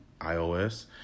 iOS